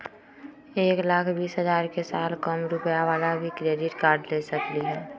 एक लाख बीस हजार के साल कम रुपयावाला भी क्रेडिट कार्ड ले सकली ह?